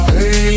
Hey